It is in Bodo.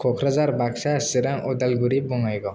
क'कराझार बाक्सा सिरां उदालगुरि बङाइगाव